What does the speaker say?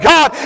God